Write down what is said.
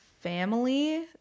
family